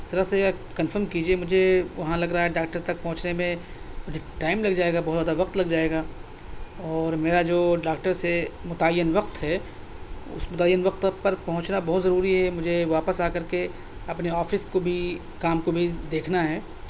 ذرا سے یہ کنفرم کیجیے مجھے وہاں لگ رہا ہے ڈاکٹر تک پہنچنے میں ٹائم لگ جائے گا بہت زیادہ وقت لگ جائے گا اور میرا جو ڈاکٹر سے متعین وقت ہے اس متعین وقت تک پر پہنچنا بہت ضروری ہے مجھے واپس آ کر کے اپنے آفس کو بھی کام کو بھی دیکھنا ہے